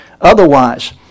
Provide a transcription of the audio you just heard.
otherwise